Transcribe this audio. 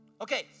Okay